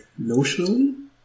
notionally